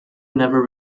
never